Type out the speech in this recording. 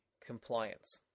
compliance